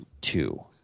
two